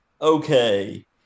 okay